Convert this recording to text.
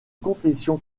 confession